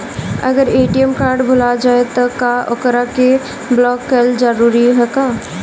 अगर ATM card भूला जाए त का ओकरा के बलौक कैल जरूरी है का?